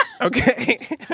Okay